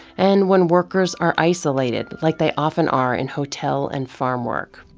and when workers are isolated like they often are in hotel and farm work.